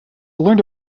learned